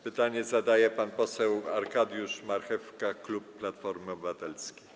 Pytanie zada pan poseł Arkadiusz Marchewka, klub Platformy Obywatelskiej.